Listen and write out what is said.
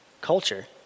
culture